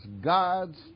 God's